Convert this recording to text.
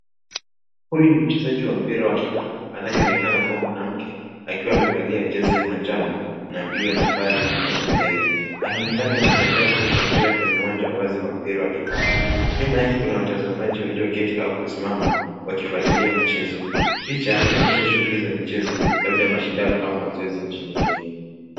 Huyu ni mchezaji wa mpira wa kikapu, anayeonekana kuwa mwanamke akiwa amevalia jezi la manjano na buluu ya nambari nne mbele. Anaonekana akijiandaa kurusha mpira kwenye wanja wazi wa mpira wa kikapu. Nyuma yake kuna watazamaji walioketi au kusimama, wakifuatilia mchezo. Picha inaonyesha shughuli za michezo, labda mashindano au mazoezi.